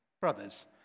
brothers